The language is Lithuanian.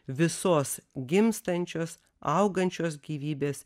visos gimstančios augančios gyvybės